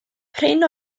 prin